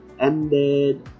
ended